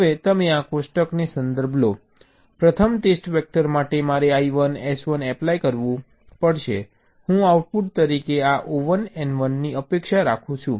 હવે તમે આ કોષ્ટકનો સંદર્ભ લો પ્રથમ ટેસ્ટ વેક્ટર માટે મારે I1 S1 એપ્લાય કરવું પડશે હું આઉટપુટ તરીકે આ O1 N1ની અપેક્ષા રાખું છું